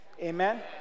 Amen